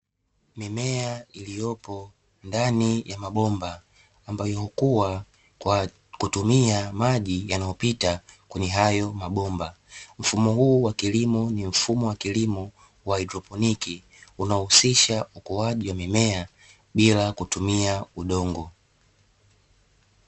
Mimea iliyopo ndani ya mabomba ambayo hukua kwa kutumia majia yanayopita kwenye hayo mabomba, mfumo huu wa kilimo ni mfumo wa kilimo wa haidroponi unaohusisha ukuaji wa mimea bila kutumia udongo.